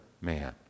man